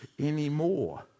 anymore